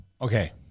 Okay